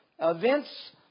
Events